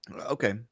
Okay